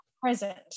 present